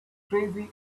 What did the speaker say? crazy